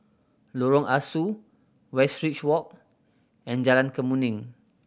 Lorong Ah Soo Westridge Walk and Jalan Kemuning